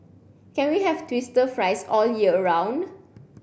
can we have twister fries all year round